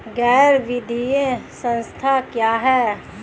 गैर वित्तीय संस्था क्या है?